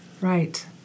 Right